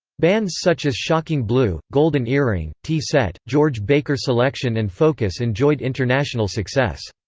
bands such as shocking blue, golden earring, tee set, george baker selection and focus enjoyed international success.